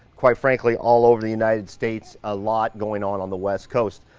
quite frankly all over the united states, a lot going on on the west coast.